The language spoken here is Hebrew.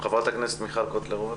חברת הכנסת מיכל וונש, בבקשה.